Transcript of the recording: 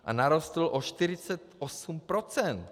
A narostl o 48 %.